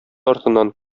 артыннан